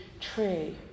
true